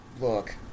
look